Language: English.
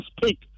speak